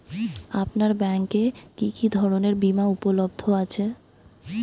আপনার ব্যাঙ্ক এ কি কি ধরনের বিমা উপলব্ধ আছে?